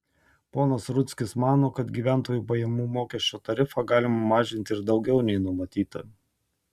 ponas rudzkis mano kad gyventojų pajamų mokesčio tarifą galima mažinti ir daugiau nei numatyta